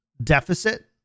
deficit